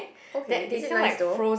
okay is it nice though